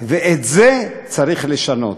ואת זה צריך לשנות.